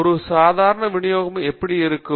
ஒரு சாதாரண விநியோகம் எப்படி இருக்கும்